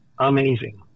amazing